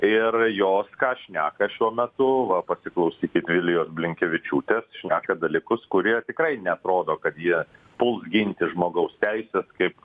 ir jos ką šneka šiuo metu va pasiklausykit vilijos blinkevičiūtės šneka dalykus kurie tikrai neatrodo kad jie puls ginti žmogaus teises kaip